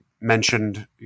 mentioned